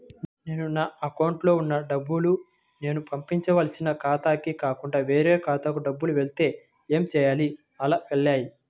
నేను నా అకౌంట్లో వున్న డబ్బులు నేను పంపవలసిన ఖాతాకి కాకుండా వేరే ఖాతాకు డబ్బులు వెళ్తే ఏంచేయాలి? అలా వెళ్తాయా?